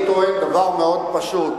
באופן מפתיע מאוד, מאוד מאוד מפתיע,